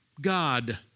God